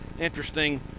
interesting